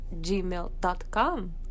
gmail.com